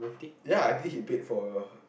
ya I think he paid for